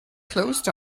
closed